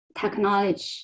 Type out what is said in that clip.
technology